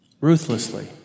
ruthlessly